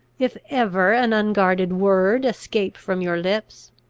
if ever an unguarded word escape from your lips,